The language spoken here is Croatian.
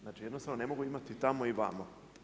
Znači jednostavno ne mogu imati tamo i vamo.